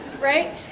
Right